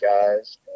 guys